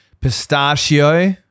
pistachio